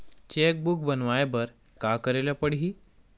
Cheque book बनवाय बर का करे ल पड़हि?